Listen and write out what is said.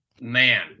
man